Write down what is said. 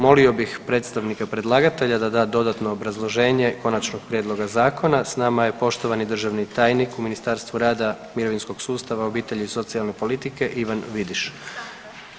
Molio bih predstavnika predlagatelja da da dodatno obrazloženje konačnog prijedloga zakona, s nama je poštovani državni tajnik u Ministarstvu rada, mirovinskog sustava i socijalne politike, Ivan Vidiš.